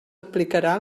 aplicarà